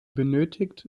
benötigt